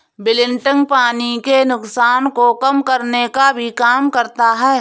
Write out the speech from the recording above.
wilting पानी के नुकसान को कम करने का भी काम करता है